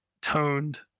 toned